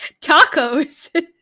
tacos